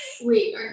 Wait